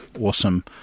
Awesome